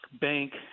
Bank